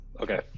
Okay